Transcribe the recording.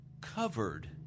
covered